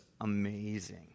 amazing